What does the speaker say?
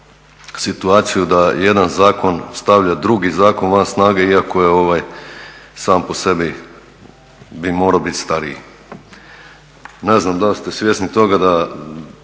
situaciju da jedan zakon stavlja drugi zakon van snage iako je ovaj sam po sebi bi morao bit stariji. Ne znam da li ste svjesni toga da